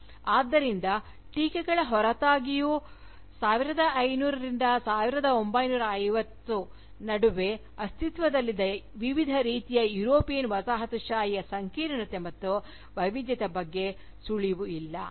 ಆದ್ದರಿಂದ ಟೀಕೆಗಳ ಹೊರತಾಗಿಯೂ 1500 ರಿಂದ 1950 ನಡುವೆ ಅಸ್ತಿತ್ವದಲ್ಲಿದ್ದ ವಿವಿಧ ರೀತಿಯ ಯುರೋಪಿಯನ್ ವಸಾಹತುಶಾಹಿಯ ಸಂಕೀರ್ಣತೆ ಮತ್ತು ವೈವಿಧ್ಯತೆಯ ಬಗ್ಗೆ ಸುಳಿವು ಇಲ್ಲ